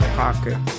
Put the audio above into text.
pocket